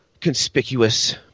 conspicuous